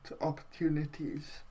opportunities